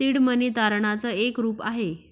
seed money तारणाच एक रूप आहे